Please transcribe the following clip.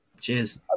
Cheers